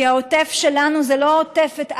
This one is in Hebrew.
כי העוטף שלנו לא עוטף את עזה,